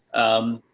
um,